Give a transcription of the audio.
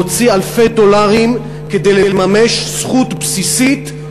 להוציא אלפי דולרים, כדי לממש זכות בסיסית,